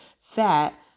fat